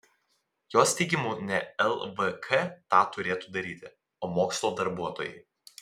jos teigimu ne lvk tą turėtų daryti o mokslo darbuotojai